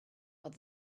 but